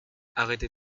arrêtez